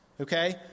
Okay